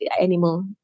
animal